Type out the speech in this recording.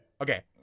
Okay